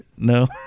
No